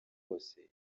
wose